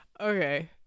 okay